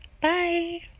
Bye